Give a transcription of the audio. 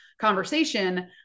conversation